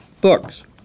books